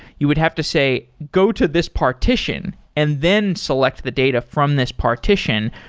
you would have to say, go to this partition and then select the data from this partition,